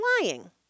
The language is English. lying